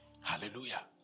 Hallelujah